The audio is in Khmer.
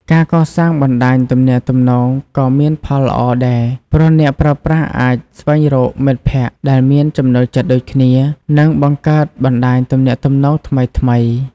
ការកសាងបណ្ដាញទំនាក់ទំនងក៏មានផលល្អដែរ ព្រោះអ្នកប្រើប្រាស់អាចស្វែងរកមិត្តភក្តិដែលមានចំណូលចិត្តដូចគ្នា និងបង្កើតបណ្ដាញទំនាក់ទំនងថ្មីៗ។